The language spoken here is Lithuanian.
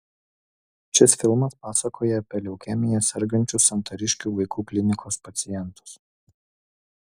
šis filmas pasakoja apie leukemija sergančius santariškių vaikų klinikos pacientus